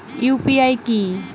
UPI কি?